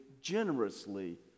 generously